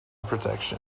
protection